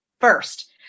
first